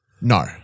No